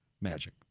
Magic